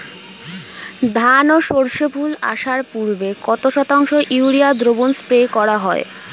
ধান ও সর্ষে ফুল আসার পূর্বে কত শতাংশ ইউরিয়া দ্রবণ স্প্রে করা হয়?